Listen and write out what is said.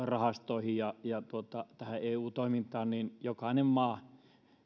rahastoihin ja ja tähän eu toimintaan jokainen maa